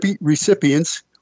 recipients